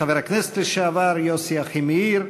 חבר הכנסת לשעבר יוסי אחימאיר,